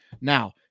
Now